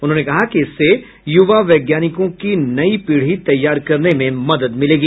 उन्होंने कहा कि इससे युवा वैज्ञानिकों की नई पीढ़ी तैयार करने में मदद मिलेगी